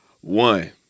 One